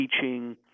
teaching